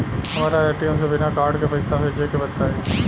हमरा ए.टी.एम से बिना कार्ड के पईसा भेजे के बताई?